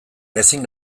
ezin